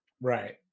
right